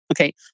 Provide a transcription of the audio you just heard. Okay